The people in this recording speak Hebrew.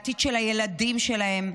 מהעתיד של הילדים שלהם,